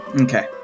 okay